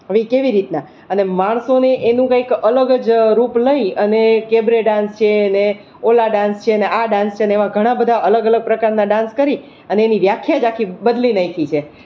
હવે કેવી રીતના અને માણસોને એનું કઈક અલગ જ રૂપ લઈ કેબરે ડાન્સ છે ને ઓલા ડાન્સ છે ને આ ડાન્સ છે એવા ઘણા બધા અલગ અલગ પ્રકારના ડાન્સ કરી અને એની વ્યાખ્યા જ આખી બદલી નાખી છે